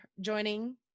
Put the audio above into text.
joining